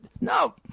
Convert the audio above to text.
no